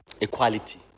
equality